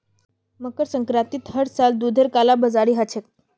मकर संक्रांतित हर साल दूधेर कालाबाजारी ह छेक